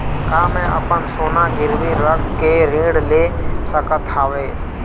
का मैं अपन सोना गिरवी रख के ऋण ले सकत हावे?